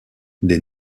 des